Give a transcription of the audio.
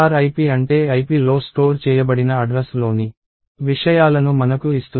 ip అంటే ipలో store చేయబడిన అడ్రస్ లోని విషయాలను మనకు ఇస్తుంది